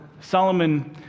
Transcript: Solomon